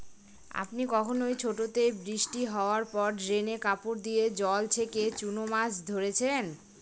আপনি কখনও ছোটোতে বৃষ্টি হাওয়ার পর ড্রেনে কাপড় দিয়ে জল ছেঁকে চুনো মাছ ধরেছেন?